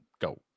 go